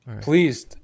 please